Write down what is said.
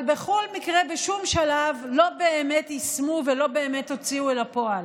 אבל בכל מקרה בשום שלב לא באמת יישמו ולא באמת הוציאו לפועל.